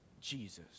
Jesus